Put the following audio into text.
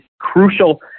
crucial